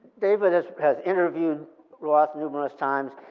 david has has interviewed roth numerous times.